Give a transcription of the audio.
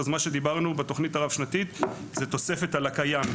דיברנו בתוכנית הרב-שנתית על תוספת לקיים.